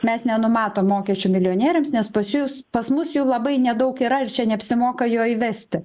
mes nenumatom mokesčio milijonieriams nes pas jus pas mus jų labai nedaug yra ir čia neapsimoka jo įvesti